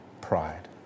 pride